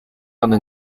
cuando